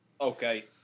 okay